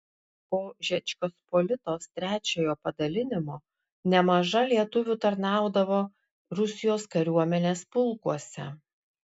po žečpospolitos trečiojo padalinimo nemaža lietuvių tarnaudavo rusijos kariuomenės pulkuose